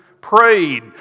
prayed